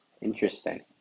Interesting